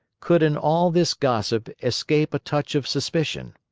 could in all this gossip escape a touch of suspicion.